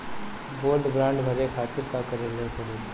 Gold bond भरे खातिर का करेके पड़ेला?